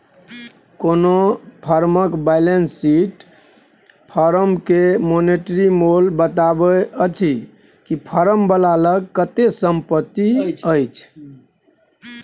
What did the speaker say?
कोनो फर्मक balance sheet फर्मक मानेटिरी मोल बताबै छै कि फर्मक लग कतेक संपत्ति छै